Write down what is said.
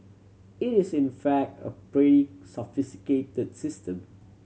it is in fact a prey sophisticated the system